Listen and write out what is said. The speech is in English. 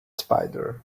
spider